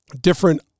different